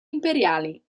imperiali